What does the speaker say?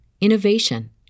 innovation